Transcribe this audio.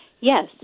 Yes